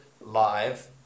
live